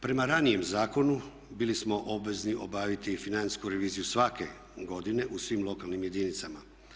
Prema ranijem zakonu bili smo obvezni obaviti financijsku reviziju svake godine u svim lokalnim jedinicama.